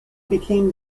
became